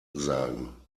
sagen